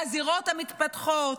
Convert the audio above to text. והזירות המתפתחות.